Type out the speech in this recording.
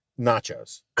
nachos